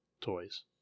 toys